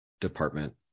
department